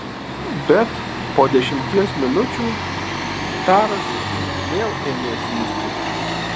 bet po dešimties minučių taras vėl ėmė zyzti